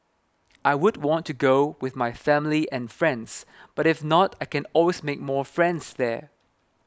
I would want to go with my family and friends but if not I can always make more friends there